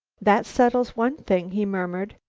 that settles one thing, he murmured.